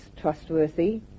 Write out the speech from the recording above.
trustworthy